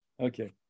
Okay